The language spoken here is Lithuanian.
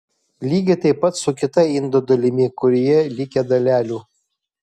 lygiai taip pat su kita indo dalimi kurioje likę dalelių